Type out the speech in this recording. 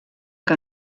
que